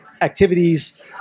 activities